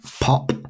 pop